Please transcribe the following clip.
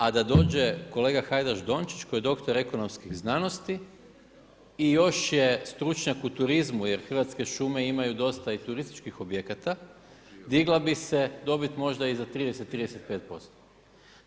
A da dođe kolega Hajdaš Dončić koji je doktor ekonomskih znanosti i još je stručnjak u turizmu, jer Hrvatske šume imaju dosta i turističkih objekata, digla bi se dobit možda i za 30-35%